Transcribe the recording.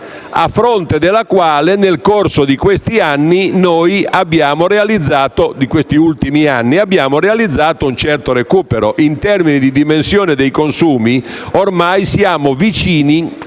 a fronte della quale nel corso di questi ultimi anni abbiamo realizzato un certo recupero. In termini di dimensioni dei consumi, ormai siamo vicini